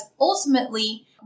ultimately